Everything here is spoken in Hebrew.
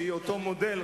שהיא אותו מודל,